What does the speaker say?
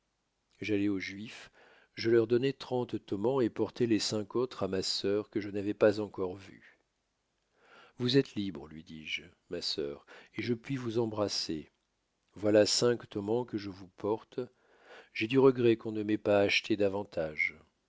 j'allai aux juifs je leur donnai trente tomans et portai les cinq autres à ma sœur que je n'avois pas encore vue vous êtes libre lui dis-je ma sœur et je puis vous embrasser voilà cinq tomans que je vous porte j'ai du regret qu'on ne m'ait pas acheté davantage